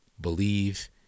Believe